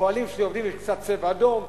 הפועלים שלי עובדים עם קצת "צבע אדום",